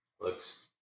looks